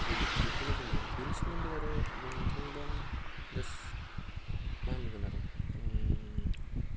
बेखौनो बुङो बेनि सोमोन्दै आरो बुंनो थाङोबा जास्ट मा होनगोन आरो